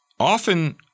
Often